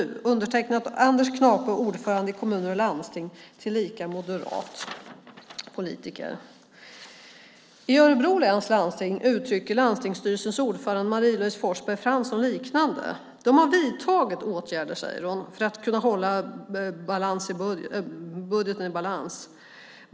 Detta är undertecknat av Anders Knape, ordförande i Sveriges Kommuner och Landsting, tillika moderat politiker. I Örebro läns landsting uttrycker landstingsstyrelsens ordförande Marie-Louise Forsberg-Fransson något liknande. De har vidtagit åtgärder, säger hon, för att kunna hålla budgeten i balans.